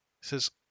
says